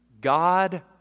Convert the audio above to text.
God